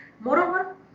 Moreover